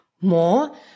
more